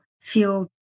feel